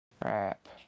Crap